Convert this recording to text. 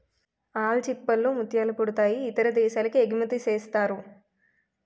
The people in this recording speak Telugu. ఆల్చిచిప్పల్ లో ముత్యాలు పుడతాయి ఇతర దేశాలకి ఎగుమతిసేస్తారు